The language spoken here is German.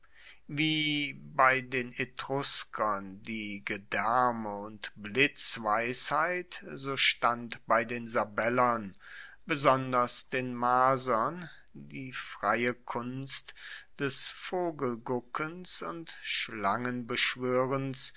wie bei den etruskern die gedaerme und blitzweisheit so stand bei den sabellern besonders den marsern die freie kunst des vogelguckens und